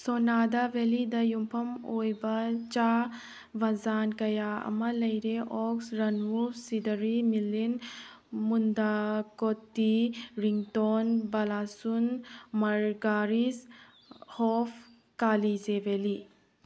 ꯁꯣꯅꯥꯗꯥ ꯕꯦꯜꯂꯤꯗ ꯌꯨꯝꯐꯝ ꯑꯣꯏꯕ ꯆꯥ ꯕꯒꯥꯟ ꯀꯌꯥ ꯑꯃ ꯂꯩꯔꯦ ꯑꯣꯛꯁ ꯔꯟꯋꯨ ꯁꯤꯗꯔꯤ ꯃꯤꯂꯤꯟ ꯃꯨꯟꯗꯥ ꯀꯣꯇꯤ ꯔꯤꯡꯇꯣꯡ ꯕꯂꯥꯁꯨꯟ ꯃꯔꯒꯥꯔꯤꯁ ꯍꯣꯐ ꯀꯥꯂꯤ ꯖꯦꯕꯦꯂꯤ